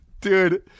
Dude